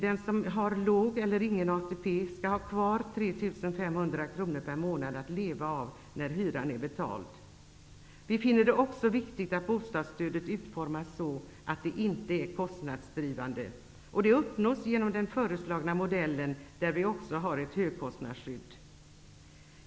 Den som har låg eller ingen ATP skall ha kvar 3 500 kr per månad att leva av när hyran är betald. Vi finner det också viktigt att bostadsstödet är utformat så, att det inte är kostnadsdrivande. Det uppnås genom den föreslagna modellen, där vi också har ett högkostnadsskydd.